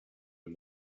him